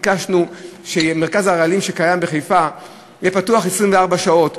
ביקשנו שמרכז הרעלים שקיים בחיפה יהיה פתוח 24 שעות,